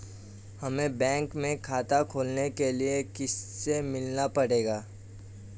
हमे बैंक में खाता खोलने के लिए किससे मिलना पड़ेगा?